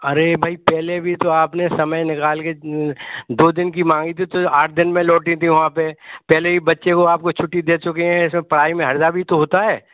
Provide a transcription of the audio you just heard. अरे भाई पहले भी तो आप ने समय निकाल के दो दिन की मांगी थी तो आठ दिन में लौटी थी वहाँ पर पहले ही बच्चे को आप के छुट्टी दे चुके हैं इसमें पढ़ाई में हर्जा भी तो होता है